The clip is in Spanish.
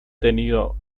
tenido